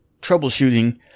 troubleshooting